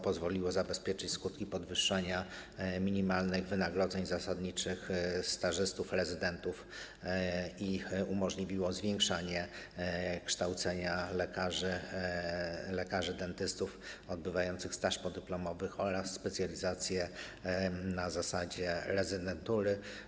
Pozwoliło to zabezpieczyć skutki podwyższania minimalnych wynagrodzeń zasadniczych stażystów, rezydentów i umożliwiło zwiększanie skali kształcenia lekarzy i lekarzy dentystów odbywających staż podyplomowy oraz specjalizacji na zasadzie rezydentury.